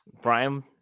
Brian